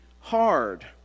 hard